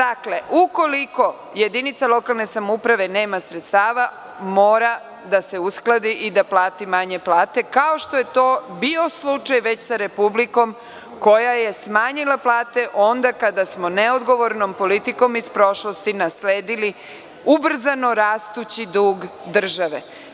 Dakle, ukoliko jedinica lokalne samouprave nema sredstava mora da se uskladi i da plati manje plate kao što je to bio slučaj već sa republikom, koja je smanjila plate onda kada smo neodgovornom politikom iz prošlosti nasledili ubrzano rastući dug države.